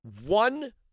one